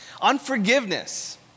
Unforgiveness